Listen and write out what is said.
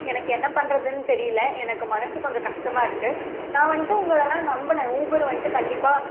எனக்கு என்ன பண்ணுறதுன்னு தெரியல எனக்கு மனசு கொஞ்சம் கஷ்டமாக இருக்கு நான் வந்துட்டு உங்கள எல்லாம் நம்பின ஊபர் வந்துட்டு கண்டிப்பாக